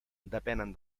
depenen